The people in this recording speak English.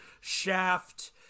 Shaft